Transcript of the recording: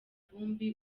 vumbi